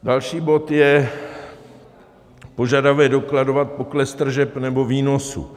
Další bod je požadavek dokladovat pokles tržeb nebo výnosů.